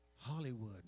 Hollywood